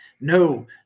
no